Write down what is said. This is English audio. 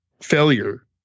failure